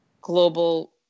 global